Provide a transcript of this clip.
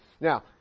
Now